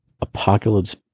Apocalypse